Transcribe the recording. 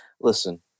Listen